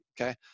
okay